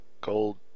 gold